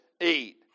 eat